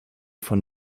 von